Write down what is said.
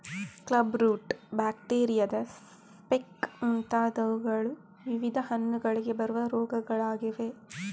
club root, ಬ್ಯಾಕ್ಟೀರಿಯಾದ speck ಮುಂತಾದವುಗಳು ವಿವಿಧ ಹಣ್ಣುಗಳಿಗೆ ಬರುವ ರೋಗಗಳಾಗಿವೆ